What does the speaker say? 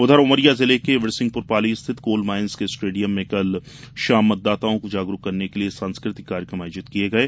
उधर उमरिया जिले के बिरसिंहपुर पाली स्थित कोल माइंस के स्टेडियम में कल शाम मतदाताओं को जागरूक करने के लिए सांस्कृतिक कार्यक्रम आयोजित किये गये